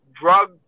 drug